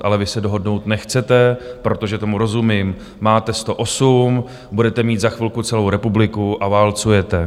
Ale vy se dohodnout nechcete, protože tomu rozumím, máte 108, budete mít za chvilku celou republiku a válcujete.